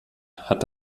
hat